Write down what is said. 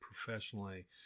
professionally